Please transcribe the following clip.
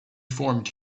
formed